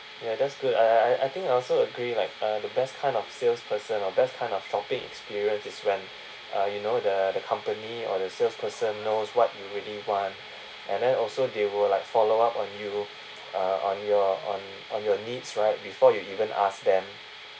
ya that's good I I I think I also agree like uh the best kind of salesperson or best kind of shopping experience is when uh you know the the company or the salesperson knows what you really want and then also they will like follow up on you uh on your on on your needs right before you even ask them